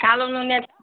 कालो नुनिया